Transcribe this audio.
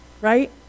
right